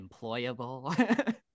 employable